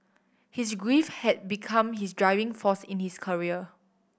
his grief had become his driving force in his career